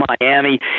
Miami